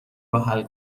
روحل